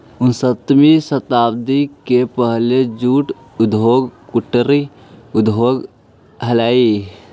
उन्नीसवीं शताब्दी के पहले जूट उद्योग कुटीर उद्योग हलइ